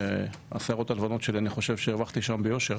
את השערות הלבנות שלי אני חושב שהרווחתי שם ביושר,